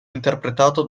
interpretato